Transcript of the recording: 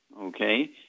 Okay